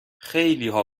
خیلیها